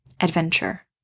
adventure